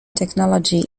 technology